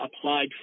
applied